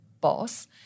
boss